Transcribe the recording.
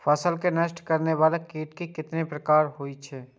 फसल के नष्ट करें वाला कीट कतेक प्रकार के होई छै?